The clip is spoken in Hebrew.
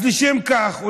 אז לשם כך,